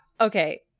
Okay